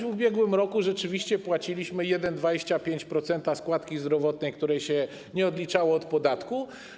W ubiegłym roku rzeczywiście płaciliśmy 1,25% składki zdrowotnej, której się nie odliczało od podatku.